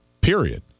Period